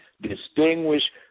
distinguish